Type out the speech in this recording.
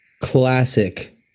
classic